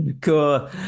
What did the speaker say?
cool